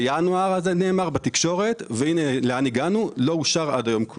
זה נאמר בינואר ולא אושר עד היום.